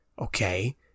okay